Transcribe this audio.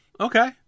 Okay